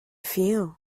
feel